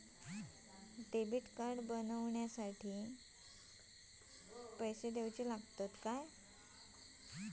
Debit card बनवण्याखाती पैसे दिऊचे लागतात काय?